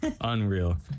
Unreal